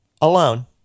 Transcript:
alone